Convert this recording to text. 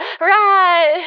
Right